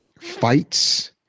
fights